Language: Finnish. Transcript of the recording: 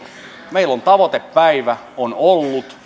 meillä tavoitepäivä on ollut